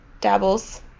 Dabbles